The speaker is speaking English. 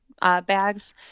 bags